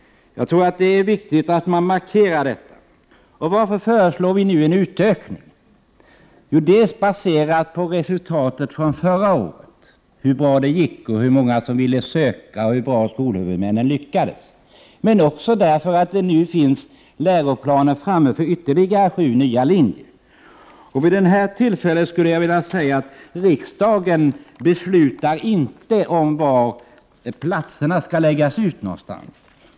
Jag tror att det är viktigt att man markerar detta. Varför föreslår vi nu en utökning? Jo, detta baserar sig dels på resultatet från förra året om hur bra det gick, antalet sökande och om hur skolhuvudmännen lyckades, dels på att det nu finns läroplaner framtagna för ytterligare sju nya linjer. Vid detta tillfälle skulle jag vilja passa på att säga att riksdagen inte beslutar om hur platserna skall fördelas.